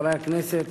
חברי הכנסת,